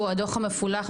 שהוא הדו"ח המפולח,